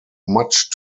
much